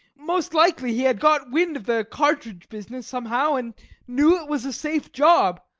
most likely he had got wind of the cartridge business somehow, and knew it was a safe job.